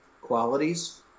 qualities